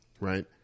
Right